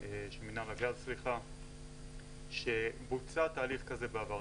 מינהל הגז, שבוצע תהליך כזה בעבר.